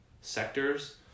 sectors